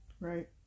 Right